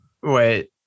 Wait